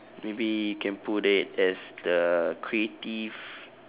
maybe can put it as the creative